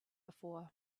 before